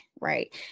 right